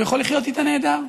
הוא יכול לחיות איתה נהדר,